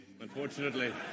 Unfortunately